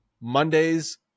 Monday's